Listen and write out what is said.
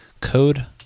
code